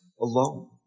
alone